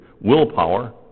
willpower